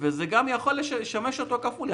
זה גם יכול לשמש אותו כפול.